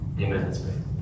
Amen